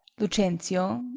lucentio.